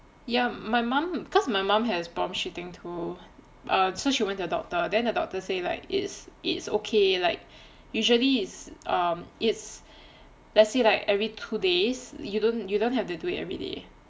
ya my mum because my mum has problem shitting too err so she went to the doctor then the doctor say like it's it's okay like usually is um it's let's say like every two days you don't you don't have to do it everyday